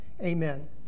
Amen